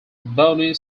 bonnie